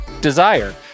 Desire